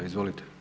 Izvolite.